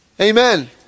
Amen